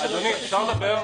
רוצה להיות קיצוני.